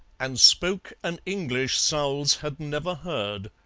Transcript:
and spoke an english sowls had never heard.